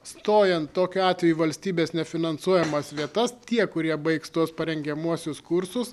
stojant tokiu atveju į valstybės nefinansuojamas vietas tie kurie baigs tuos parengiamuosius kursus